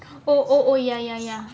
oh oh ya ya ya